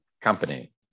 company